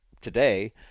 today